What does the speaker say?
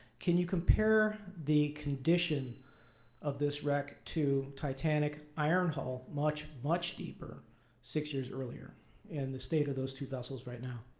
can you compare the condition of this wreck to titanic iron hall, much, much deeper six years earlier and the state of those two vessels right now?